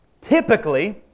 typically